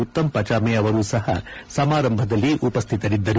ಉತ್ತಮ್ ಪಚಾಮೆ ಅವರೂ ಸಹ ಸಮಾರಂಭದಲ್ಲಿ ಉಪಸ್ಥಿತರಿದ್ದರು